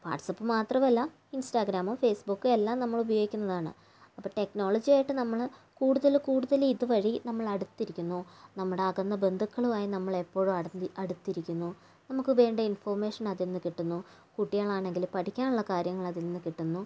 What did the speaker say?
WhatsApp മാത്രമല്ല Instagram Facebook എല്ലാം നമ്മളുപയോഗിക്കുന്നതാണ് അപ്പോൾ ടെക്നോളജി ആയിട്ട് നമ്മൾ കൂടുതൽ കൂടുതൽ ഇതുവഴി നമ്മളടുത്തിരിക്കുന്നു നമ്മുടെ അകന്ന ബന്ധുക്കളുമായി നമ്മളെപ്പോഴും അടുത്തിരിക്കുന്നു നമുക്ക് വേണ്ട ഇൻഫർമേഷൻ അതിൽ നിന്ന് കിട്ടുന്നു കുട്ടികളാണെങ്കിൽ പഠിക്കാനുള്ള കാര്യങ്ങൾ അതിൽ നിന്നു കിട്ടുന്നു